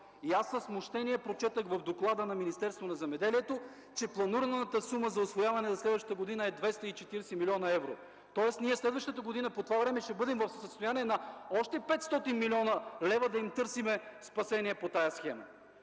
Аз със смущение прочетох в доклада на Министерството на здравеопазването, че планираната сума за усвояване за следващата година е 240 милиона евро. Тоест ние следващата година по това време ще бъдем в състояние на още 500 милиона лева да им търсим спасение по тази схема.